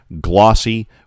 glossy